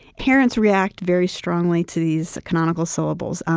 parents react very strongly to these canonical syllables.